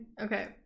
okay